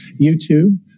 YouTube